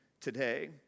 today